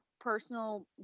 personal